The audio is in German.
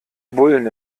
bullen